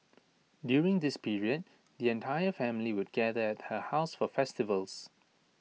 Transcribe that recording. during this period the entire family would gather at her house for festivals